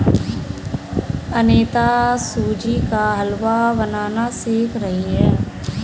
अनीता सूजी का हलवा बनाना सीख रही है